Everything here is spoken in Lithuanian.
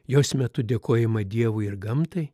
jos metu dėkojama dievui ir gamtai